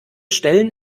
stellen